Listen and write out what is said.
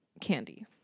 candy